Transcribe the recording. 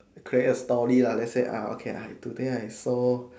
create a story lah let's say ah okay I today I saw